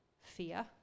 fear